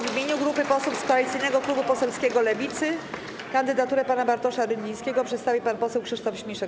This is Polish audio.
W imieniu grupy posłów z Koalicyjnego Klubu Poselskiego Lewicy kandydaturę pana Bartosza Rydlińskiego przedstawi pan poseł Krzysztof Śmiszek.